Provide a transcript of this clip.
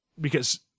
because-